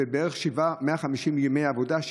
זה בערך 150 ימי עבודה,